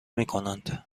میکنند